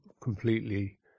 completely